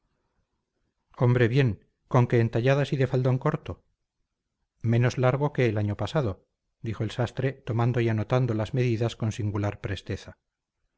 hombre bien con que entalladas y de faldón corto menos largo que el año pasado dijo el sastre tomando y anotando las medidas con singular presteza